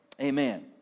Amen